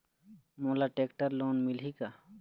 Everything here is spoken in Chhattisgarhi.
मोला टेक्टर लोन मिलही का?